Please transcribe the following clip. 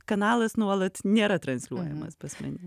kanalas nuolat nėra transliuojamas pas mane